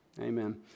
Amen